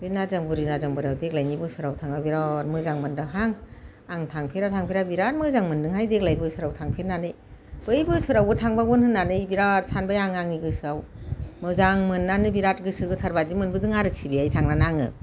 बे नारजां बुरि नारजां बोराइआव देग्लायनि बोसोराव थांबा बिराद मोजां मोनदोंहां आं थांफेरा थांफेरा बिराद मोजां मोनदोंहाय देग्लाय बोसोराव थांफेरनानै बै बोसोरावबो थांबावगोन होननानै बिराद सानबाय आङो आंनि गोसोआव मोजां मोननानै बिराद गोसो गोथार बायदि मोनबोदों आरोखि बेहाय थांनानै आङो